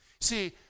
See